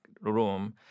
room